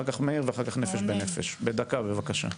אני אעשה את זה בקצרה.